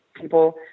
people